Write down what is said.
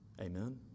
Amen